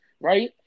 right